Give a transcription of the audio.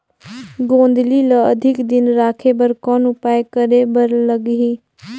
गोंदली ल अधिक दिन राखे बर कौन उपाय करे बर लगही?